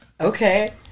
Okay